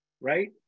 right